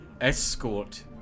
escort